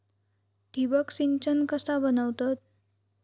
ठिबक सिंचन कसा बनवतत?